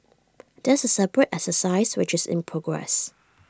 that's A separate exercise which is in progress